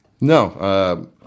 No